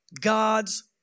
God's